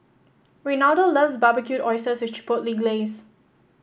Reynaldo loves Barbecued Oysters with Chipotle Glaze